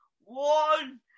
One